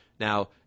Now